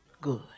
Good